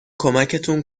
کمکتون